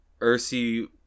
Ursi